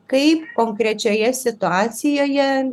kaip konkrečioje situacijoje